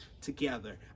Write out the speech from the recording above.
together